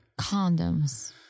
Condoms